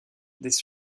des